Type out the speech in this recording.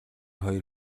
хоёр